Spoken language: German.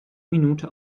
minute